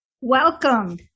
Welcome